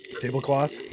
tablecloth